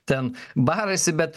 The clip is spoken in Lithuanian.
ten barasi bet